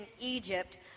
Egypt